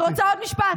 אני רוצה עוד משפט.